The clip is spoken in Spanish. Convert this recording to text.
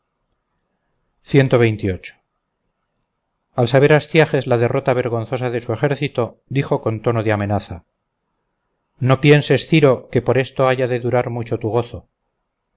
la fuga al saber astiages la derrota vergonzosa de su ejército dijo con tono de amenaza no pienses ciro que por esto haya de durar mucho tu gozo